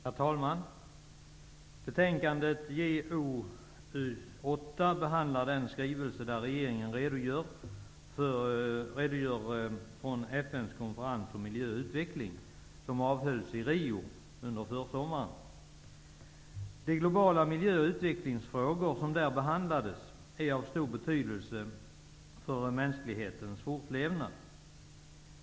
Herr talman! Betänkade JoU8 behandlar den skrivelse där regeringen redogör för FN:s konferens om miljö och utveckling, som avhölls i Rio under försommaren. De globala miljö och utvecklingsfrågor som där behandlades är av stor betydelse för mänsklighetens fortlevnad.